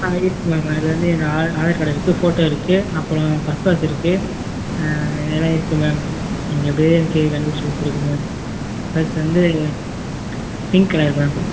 ஆ இருக்குது மேம் அதில் வந்து என்னோட ஆதார் கார்டு இருக்குது ஃபோட்டோ இருக்குது அப்புறம் பஸ் பாஸ் இருக்குது எல்லாம் இருக்குது மேம் நீங்கள் எப்படியாவது எனக்கு கண்டுப்பிடிச்சி கொடுத்துடுங்க மேம் பர்ஸ் வந்து பிங்க் கலர் மேம்